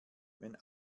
wenn